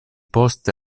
poste